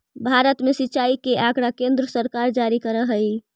भारत में सिंचाई के आँकड़ा केन्द्र सरकार जारी करऽ हइ